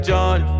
John